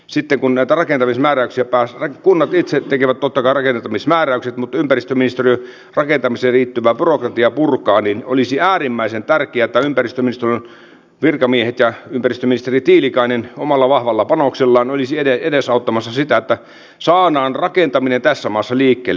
sitten kun ne tarkentavia määräyksiä basran kunnat itse tekevät totta kai rakentamismääräykset mutta ympäristöministeriö rakentamiseen liittyvää byrokratiaa purkaa ja olisi äärimmäisen tärkeää että ympäristöministeriön virkamiehet ja ympäristöministeri tiilikainen omalla vahvalla panoksellaan olisivat edesauttamassa sitä että saadaan rakentaminen tässä maassa liikkeelle